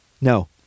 No